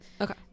okay